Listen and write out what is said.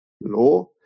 law